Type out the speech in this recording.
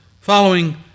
following